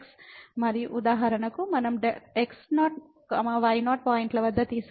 మరియు ఉదాహరణకు మనం x0 y0 పాయింట్ల వద్ద తీసుకుంటే